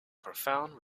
profound